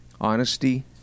honesty